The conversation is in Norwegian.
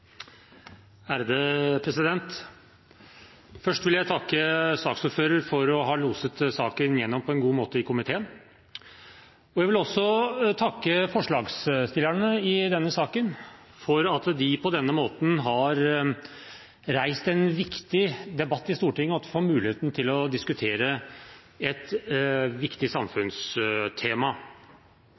Først vil jeg takke saksordføreren for å ha loset saken gjennom på en god måte i komiteen. Jeg vil også takke forslagsstillerne i denne saken for at de på denne måten har reist en viktig debatt i Stortinget, og for at vi får muligheten til å diskutere et viktig samfunnstema.